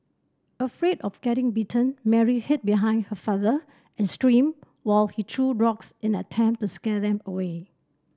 afraid of getting bitten Mary hid behind her father and screamed while he threw rocks in an attempt to scare them away